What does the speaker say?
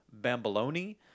bamboloni